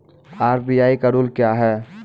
RBI का rule क्या हैं?